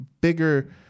bigger